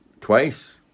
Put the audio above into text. twice